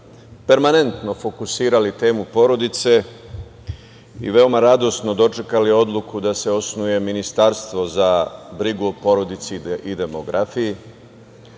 permanentno fokusirali temu porodice i veoma radosno dočekali odluku da se osnuje Ministarstvo za brigu o porodici i demografiji,